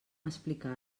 explicar